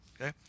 okay